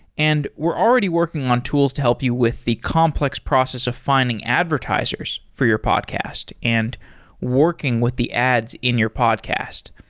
and we're already working on tools to help you with the complex process of finding advertisers for your podcast and working with the ads in your podcast.